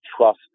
trust